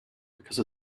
because